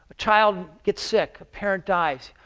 child gets sick, parent dies,